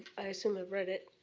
i assume i've read it.